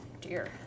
dear